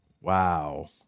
Wow